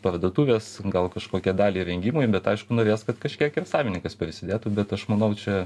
parduotuvės gal kažkokią dalį įrengimui bet aišku norės kad kažkiek ir savininkas prisidėtų bet aš manau čia